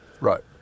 Right